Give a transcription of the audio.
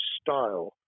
style